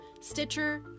Stitcher